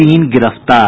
तीन गिरफ्तार